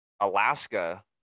Alaska